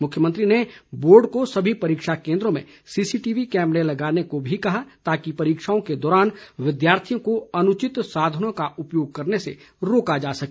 मुख्यमंत्री ने बोर्ड को सभी परीक्षा केन्द्रों में सीसीटीवी कैमरे लगाने को भी कहा ताकि परीक्षाओं के दौरान विद्यार्थियों को अनुचित साधनों का उपयोग करने से रोका जा सके